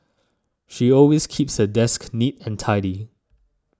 she always keeps her desk neat and tidy